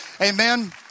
amen